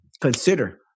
consider